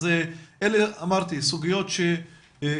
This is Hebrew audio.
אז אלה, אמרתי, הסוגיות שהעלינו,